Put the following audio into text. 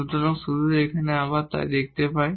সুতরাং শুধু এখানে আবার তাই দেখতে চাই